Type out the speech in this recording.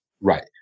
Right